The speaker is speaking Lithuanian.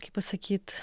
kaip pasakyt